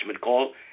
call